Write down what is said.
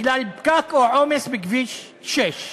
בגלל פקק או עומס בכביש 6,